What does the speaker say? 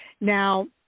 Now